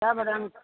सब रङ्ग